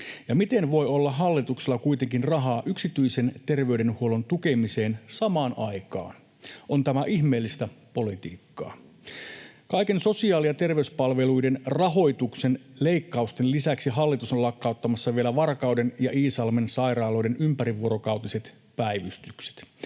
miten voi olla hallituksella kuitenkin rahaa yksityisen terveydenhuollon tukemiseen samaan aikaan? On tämä ihmeellistä politiikkaa. Kaiken sosiaali- ja terveyspalveluiden rahoituksen leikkausten lisäksi hallitus on lakkauttamassa vielä Varkauden ja Iisalmen sairaaloiden ympärivuorokautiset päivystykset.